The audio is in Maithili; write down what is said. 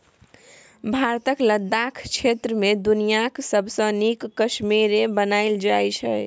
भारतक लद्दाख क्षेत्र मे दुनियाँक सबसँ नीक कश्मेरे बनाएल जाइ छै